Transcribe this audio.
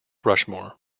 rushmore